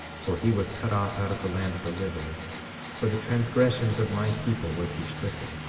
for he was cut off out of the land of the living for the transgressions of my people was he stricken.